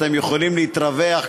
אתם יכולים להתרווח,